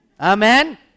Amen